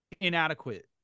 inadequate